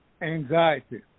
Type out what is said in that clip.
Anxiety